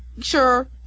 sure